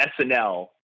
SNL